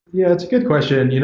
yeah, it's a good question. you know